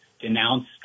denounce